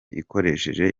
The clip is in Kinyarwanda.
ikoresheje